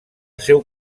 seu